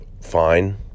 fine